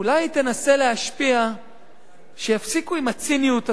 אולי תנסה להשפיע שיפסיקו עם הציניות הזאת,